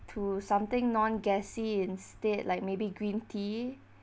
to something non-gasey instead like maybe green tea